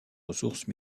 ressources